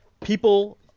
people –